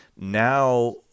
Now